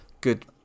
good